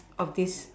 of this